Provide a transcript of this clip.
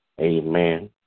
Amen